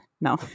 no